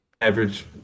average